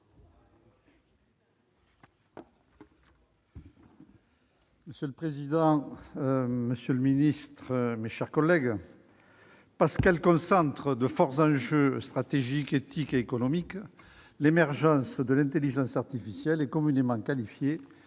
Monsieur le président, monsieur le secrétaire d'État, mes chers collègues, parce qu'elle concentre de forts enjeux stratégiques, éthiques et économiques, l'émergence de l'intelligence artificielle est communément qualifiée